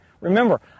Remember